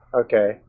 Okay